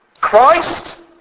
Christ